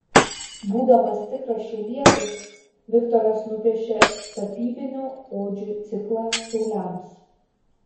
būdamas tikras šiaulietis viktoras nupiešė tapybinių odžių ciklą šiauliams